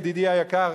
ידידי היקר,